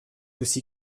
aussi